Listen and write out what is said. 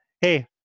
Hey